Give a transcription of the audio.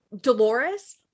dolores